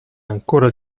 ancora